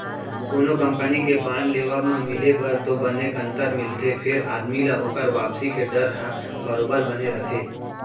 कोनो कंपनी के बांड लेवब म मिले बर तो बने कंतर मिलथे फेर आदमी ल ओकर वापसी के डर ह बरोबर बने रथे